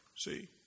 See